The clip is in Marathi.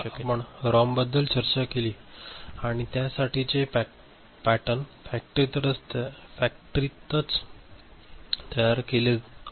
आतापर्यंत आपण रॉम बद्दल चर्चा केली आणि त्यासाठीचे पॅटर्न फॅक्टरीतच तयार केला आहे